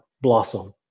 blossom